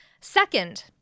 Second